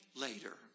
later